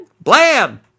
Blam